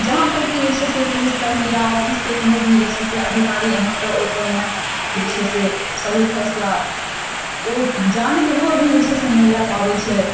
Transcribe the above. जहाँ तक कि जे छै से पुलिसकर्मी या ऑफिसके कोनो भी जे छै से अधिकारी अहाँके ओहीपर मे जे छै से सही फैसला ओ जानैत हुए भी जे छै से नहि लए पाबै छै